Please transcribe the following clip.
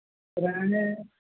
ਰਹਿਣੇ